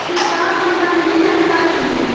छिड़काव संबंधित जानकारी दी?